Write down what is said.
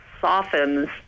softens